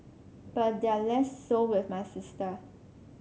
but they're less so with my sister